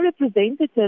representatives